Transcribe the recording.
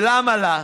למה לה?